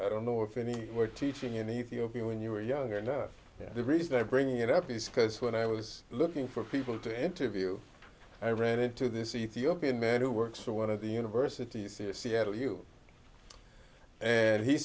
i don't know if any were teaching in ethiopia when you were younger and the reason i bring it up is because when i was looking for people to interview i ran into this ethiopian man who works for one of the universities to seattle you and he